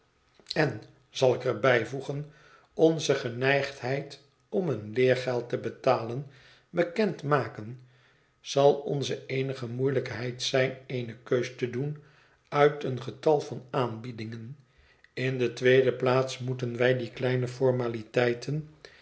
en zal ik er bijvoegen onze geneigdheid om een leergeld te betalen bekend maken zal onze eenige moeielijkheid zijn eene keus te doen uit een getal van aanbiedingen in de tweede plaats moeten wij die kleine formaliteiten